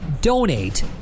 donate